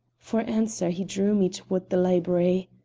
for answer he drew me toward the library.